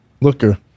Looker